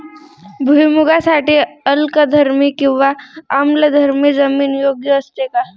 भुईमूगासाठी अल्कधर्मी किंवा आम्लधर्मी जमीन योग्य असते का?